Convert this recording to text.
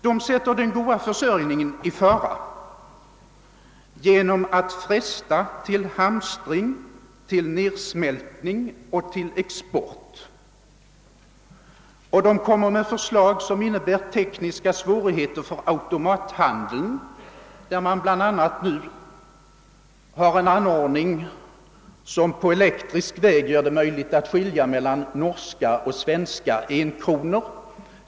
De sätter den goda försörjningen i fara genom att fresta till hamstring, till nedsmältning och till export. De lägger fram förslag som innebär tekniska svårigheter för automathandeln, som bl.a. har en anordning som på elektrisk väg gör det mojligt att skilja mellan norska och svenska enkronor.